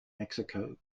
mexico